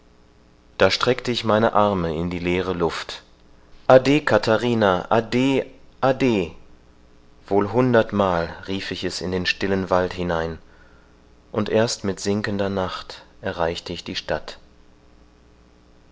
da streckt ich meine arme in die leere luft ade katharina ade ade wohl hundertmal rief ich es in den stillen wald hinein und erst mit sinkender nacht erreichte ich die stadt